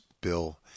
Bill